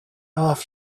half